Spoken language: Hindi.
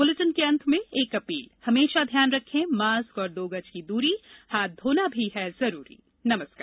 इस बुलेटिन के अंत मे एक अपील हमेशा ध्यान रखे मास्क और दो गज की दूरी हाथ धोना भी है जरूरी नमस्कार